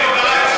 פה זה לא תיאטרון.